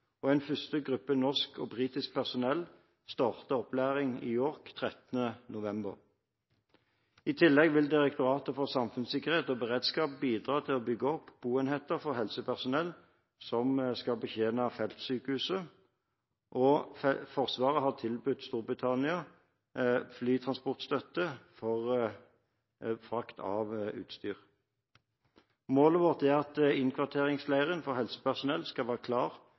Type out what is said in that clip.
og en første gruppe med norsk og britisk personell starter opplæring i York 13. november. I tillegg vil Direktoratet for samfunnssikkerhet og beredskap bidra til å bygge opp boenheter for helsepersonellet som skal betjene feltsykehuset, og Forsvaret har tilbudt Storbritannia flytransportstøtte for frakt av utstyr. Målet vårt er at innkvarteringsleiren for helsepersonell skal være klar